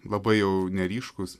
labai jau neryškūs